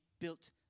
built